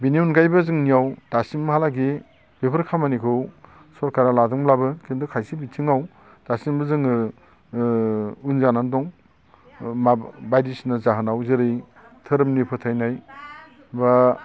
बिनि अनगायैबो जोंनियाव दासिमहालागै बेफोर खामानिखौ सरखारा लादोंब्लाबो खिन्थु खायसे बिथिङाव दासिम जोङो ओ उन जानानै दं बायदिसिना जाहोनाव जेरै धोरोमनि फोथायनाय बा